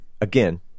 again